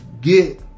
get